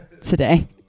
today